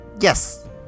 Yes